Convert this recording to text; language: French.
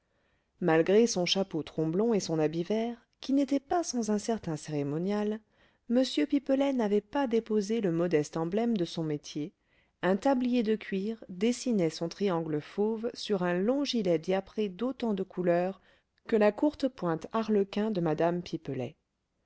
malgré son chapeau tromblon et son habit vert qui n'étaient pas sans un certain cérémonial m pipelet n'avait pas déposé le modeste emblème de son métier un tablier de cuir dessinait son triangle fauve sur un long gilet diapré d'autant de couleurs que la courtepointe arlequin de mme pipelet